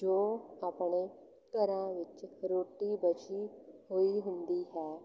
ਜੋ ਆਪਣੇ ਘਰਾਂ ਵਿੱਚ ਰੋਟੀ ਬਚੀ ਹੋਈ ਹੁੰਦੀ ਹੈ